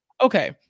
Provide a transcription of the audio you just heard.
Okay